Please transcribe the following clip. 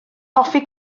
hoffi